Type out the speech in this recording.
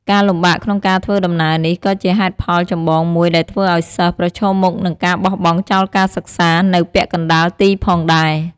ការលំបាកក្នុងការធ្វើដំណើរនេះ ក៏ជាហេតុផលចម្បងមួយដែលធ្វើឲ្យសិស្ស ប្រឈមមុខនឹងការបោះបង់ចោលការសិក្សា នៅពាក់កណ្តាលទីផងដែរ។